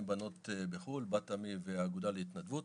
בנות בחו"ל - בת עמי והאגודה להתנדבות.